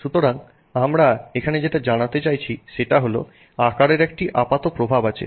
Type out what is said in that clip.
সুতরাং আমি এখানে যেটা জানাতে চাইছি সেটা হল আকারের একটি আপাত প্রভাব আছে